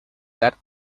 that